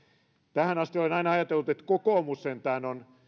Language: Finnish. tähän asti olen aina ajatellut että kokoomus sentään on